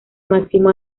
máximo